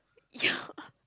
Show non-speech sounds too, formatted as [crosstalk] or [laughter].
ya [laughs]